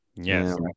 yes